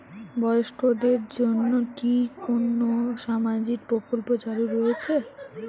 বয়স্কদের জন্য কি কোন সামাজিক প্রকল্প চালু রয়েছে?